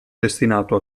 destinato